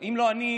אם לא אני,